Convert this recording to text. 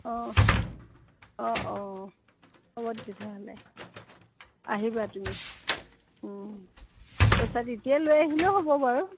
অঁ অঁ অঁ হ'ব তেতিয়াহ'লে আহিবা তুমি পইছাটো এতিয়াই লৈ আহিলেও হ'ব বাৰু